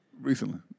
Recently